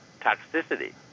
toxicity